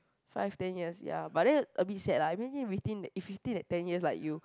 five ten years ya but then a bit sad lah imagine within that if within that ten years like you